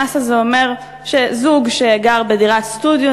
המס הזה אומר שזוג שגר בדירת סטודיו,